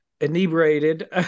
inebriated